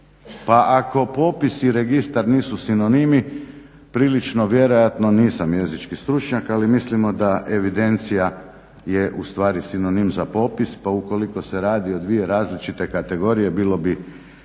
Pa ako popis i registar nisu sinonimi prilično vjerojatno, nisam jezični stručnjak, ali mislimo da evidencija je ustvari sinonim za popis pa ukoliko se radi o dvije različite kategorije bilo bi